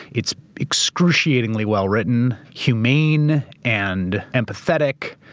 it's excruciatingly well-written, humane, and empathetic,